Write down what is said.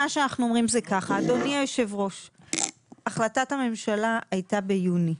אדוני היושב ראש, החלטת הממשלה הייתה ביוני,